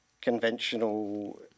conventional